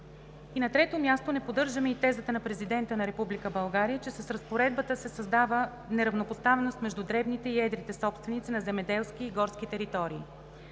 На трето място, не поддържаме и тезата на Президента на Република България, че с разпоредбата се създава неравнопоставеност между дребните и едрите собственици на земеделски и горски територии.